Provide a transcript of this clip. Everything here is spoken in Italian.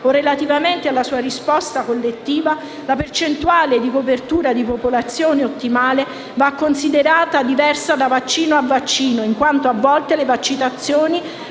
Grazie,